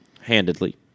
handedly